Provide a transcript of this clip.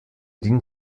dient